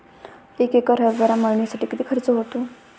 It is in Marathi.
एक एकर हरभरा मळणीसाठी किती खर्च होतो?